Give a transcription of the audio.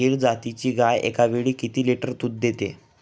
गीर जातीची गाय एकावेळी किती लिटर दूध देते?